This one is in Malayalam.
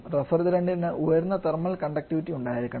റെഫ്രിജറന്റ്ന് ഉയർന്ന തെർമൽ കണ്ടക്റ്റിവിറ്റി ഉണ്ടായിരിക്കണം